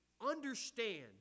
understand